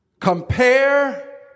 compare